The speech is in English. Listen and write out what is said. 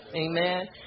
Amen